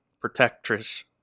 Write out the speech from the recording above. Protectress